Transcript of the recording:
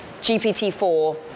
GPT-4